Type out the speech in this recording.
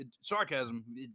Sarcasm